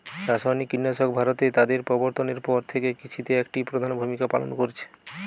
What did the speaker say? রাসায়নিক কীটনাশক ভারতে তাদের প্রবর্তনের পর থেকে কৃষিতে একটি প্রধান ভূমিকা পালন করেছে